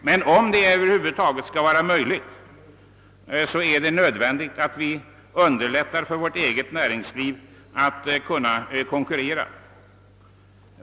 Men om det över huvud taget skall vara möjligt, är det nödvändigt att vi underlättar för vårt eget näringsliv att kunna konkurrera.